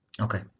Okay